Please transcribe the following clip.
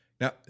Now